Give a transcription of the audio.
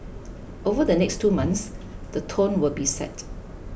over the next two months the tone will be set